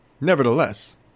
Nevertheless